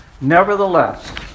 Nevertheless